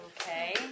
Okay